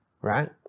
right